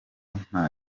nta